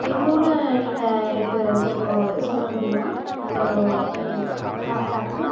எவ்வளோனு நீங்கள் எனக்கு கொஞ்சம் சொல்ல முடியுமா அந்த ஓ ஹாட் பேக்கு